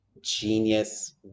genius